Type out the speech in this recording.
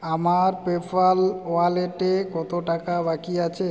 আমার পেপ্যাল ওয়ালেটে কত টাকা বাকি আছে